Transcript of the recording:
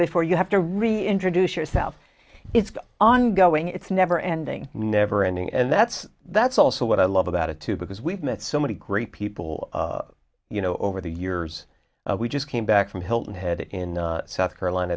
before you have to reintroduce yourself it's ongoing it's never ending never ending and that's that's also what i love about it too because we've met so many great people you know over the years we just came back from hilton head in south carolina